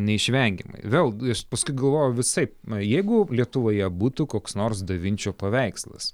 neišvengiamai vėl aš paskui galvojau visaip na jeigu lietuvoje būtų koks nors da vinčio paveikslas